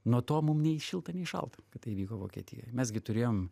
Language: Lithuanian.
nuo to mum nei šilta nei šalta kad tai įvyko vokietijoj mes gi turėjom